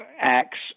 acts